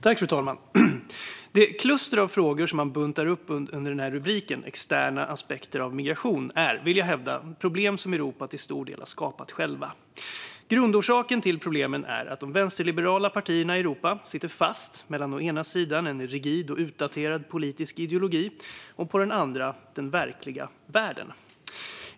Fru talman! Det kluster av frågor som man buntar ihop under rubriken "Externa aspekter av migration" är, vill jag hävda, problem som Europa till stor del har skapat själva. Grundorsaken till problemen är att de vänsterliberala partierna i Europa sitter fast mellan å ena sidan en rigid och utdaterad politisk ideologi och å andra sidan den verkliga världen.